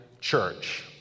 church